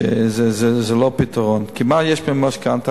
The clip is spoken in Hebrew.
זה לא פתרון, כי מה יש במשכנתה?